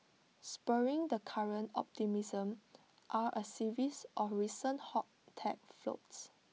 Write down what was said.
spurring the current optimism are A series of recent hot tech floats